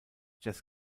jazz